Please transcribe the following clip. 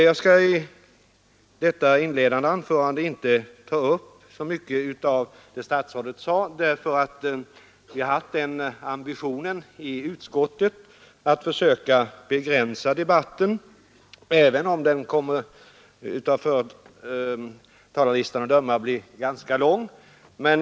Jag skall i detta inledande anförande inte ta upp så mycket av vad statsrådet sade, eftersom vi har haft den ambitionen i utskottet att försöka begränsa debatten, även om den av talarlistan att döma kommer att bli ganska lång.